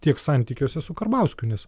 tiek santykiuose su karbauskiu nes